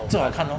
就好看 lor